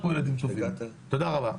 פה --- תודה רבה.